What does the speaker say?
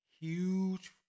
huge